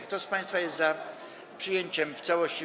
Kto z państwa jest za przyjęciem w całości